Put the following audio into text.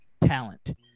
talent